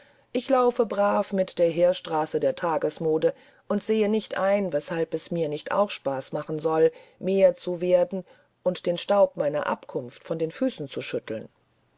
ich laufe brav mit auf der heerstraße der tagesmode und sehe nicht ein weshalb es mir nicht auch spaß machen soll mehr zu werden und den staub meiner abkunft von den füßen zu schütteln